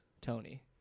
Tony